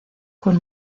con